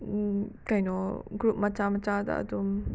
ꯀꯩꯅꯣ ꯒ꯭ꯔꯨꯞ ꯃꯆꯥ ꯃꯆꯥꯗ ꯑꯗꯨꯝ